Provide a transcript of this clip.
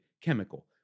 chemical